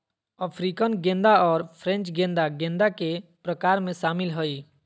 African गेंदा और French गेंदा गेंदा के प्रकार में शामिल हइ